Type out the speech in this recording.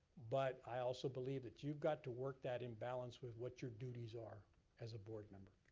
but i also believe that you've got to work that in balance with what you're duties are as a board member.